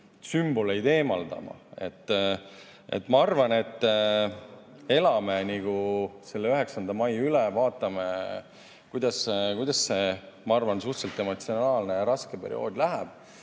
sümbolit eemaldama. Ma arvan, et elame selle 9. mai üle, vaatame kuidas see küllap suhteliselt emotsionaalne ja raske periood läheb.